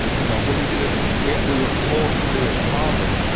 you know, but we did it, we yeah we were forced to do it the hard way,